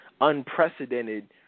unprecedented